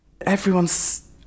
Everyone's